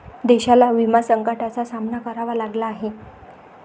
देशाला विमा संकटाचा सामना करावा लागला आहे